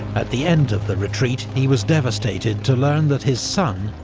at the end of the retreat, he was devastated to learn that his son,